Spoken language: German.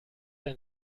ein